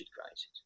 crisis